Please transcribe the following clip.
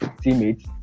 teammates